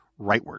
rightward